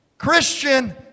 Christian